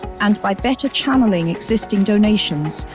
and by better channeling existing donations,